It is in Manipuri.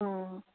ꯑꯣ